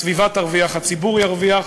הסביבה תרוויח, הציבור ירוויח.